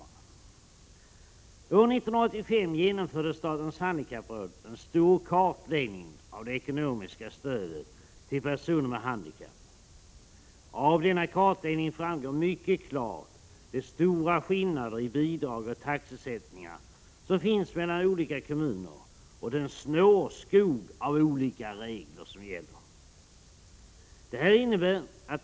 År 1985 gjorde statens handikapprörelse en stor kartläggning av det ekonomiska stödet till personer med handikapp. Av denna kartläggning framgår mycket klart att det är stora skillnader i de bidrag och taxesättningar som finns mellan olika kommuner och den snårskog av olika regler som gäller.